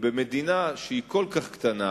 במדינה שהיא כל כך קטנה,